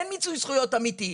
אין מיצוי זכויות אמיתי.